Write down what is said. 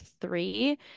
three